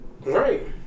Right